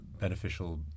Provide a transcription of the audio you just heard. beneficial